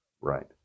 Right